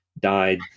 died